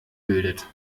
bildet